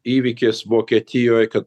įvykis vokietijoj kad